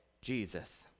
jesus